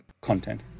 content